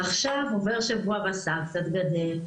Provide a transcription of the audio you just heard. ועכשיו עובר שבוע והשיער קצת גדל,